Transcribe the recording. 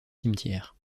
cimetière